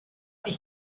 dich